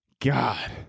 God